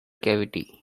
cavity